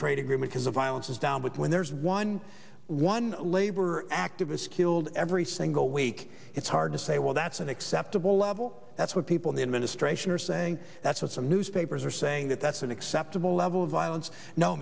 trade agreement has the violence is down with when there's one one labor activist killed every single week it's hard to say well that's an acceptable level that's what people in the administration are saying that's what some newspapers are saying that that's an acceptable level of violence no